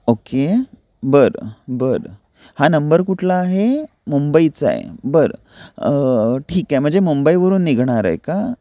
okay बरं बरं हा नंबर कुठला आहे मुंबईचा आहे बरं ठीक आहे म्हणजे मुंबईवरून निघणार आहे का